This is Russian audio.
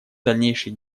дальнейшие